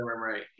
right